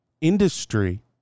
industry